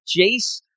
Jace